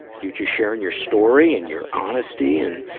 you just sharing your story and your honesty and,